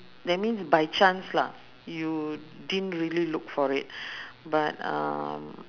that means by chance lah you didn't really look for it but um